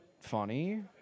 funny